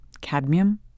cadmium